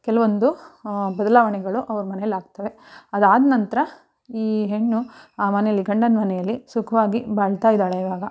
ಕೆಲವೊಂದು ಬದಲಾವಣೆಗಳು ಅವ್ರ ಮನೆಯಲ್ಲಾಗ್ತವೆ ಅದು ಆದ ನಂತರ ಈ ಹೆಣ್ಣು ಆ ಮನೆಯಲ್ಲಿ ಗಂಡನ ಮನೆಯಲ್ಲಿ ಸುಖವಾಗಿ ಬಾಳ್ತಾ ಇದ್ದಾಳೆ ಇವಾಗ